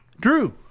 Drew